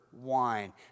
wine